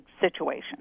situation